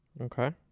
Okay